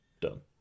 done